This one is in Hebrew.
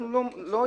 אנחנו לא יודעים.